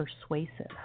persuasive